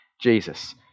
Jesus